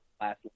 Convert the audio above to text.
last